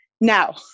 Now